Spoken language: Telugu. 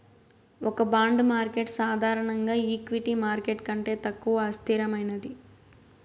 ఒక బాండ్ మార్కెట్ సాధారణంగా ఈక్విటీ మార్కెట్ కంటే తక్కువ అస్థిరమైనది